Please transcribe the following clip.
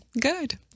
Good